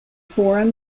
forum